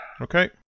Okay